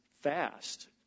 fast